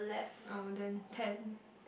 oh then ten